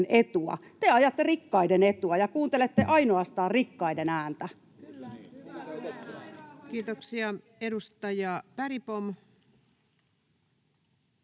te ajatte rikkaiden etua ja kuuntelette ainoastaan rikkaiden ääntä. [Vasemmalta: Kyllä!